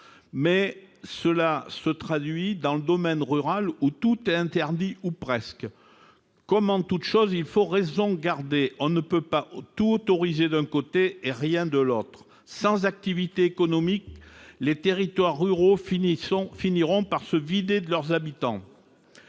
par le fait que, dans le domaine rural, tout est interdit, ou presque. Comme en toute chose, il faut raison garder : on ne peut pas tout autoriser d'un côté, rien de l'autre ! Sans activité économique, les territoires ruraux finiront par se vider de leurs habitants.